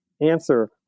answer